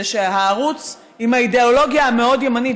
שהערוץ עם האידיאולוגיה המאוד-ימנית,